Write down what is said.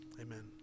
amen